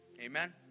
Amen